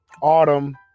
Autumn